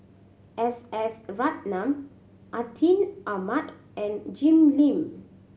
S S Ratnam Atin Amat and Jim Lim